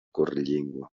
correllengua